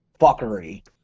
fuckery